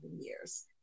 years